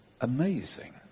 amazing